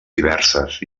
diverses